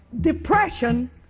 depression